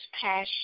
passion